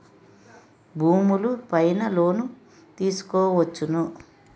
భూములు పైన లోన్ తీసుకోవచ్చును